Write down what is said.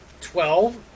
twelve